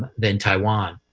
than taiwan.